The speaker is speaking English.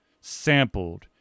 sampled